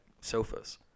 sofas